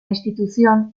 institución